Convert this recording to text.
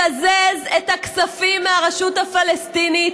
לקזז את הכספים מהרשות הפלסטינית,